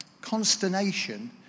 consternation